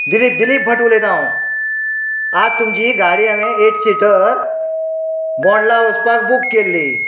दिलीप दिलीप भट उलयतां हांव आज तुमची गाडी हांवें एट सिटर बोंडला वचपाक बूक केल्ली